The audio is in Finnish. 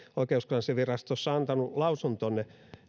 oikeuskanslerinvirastossa antanut lausuntonne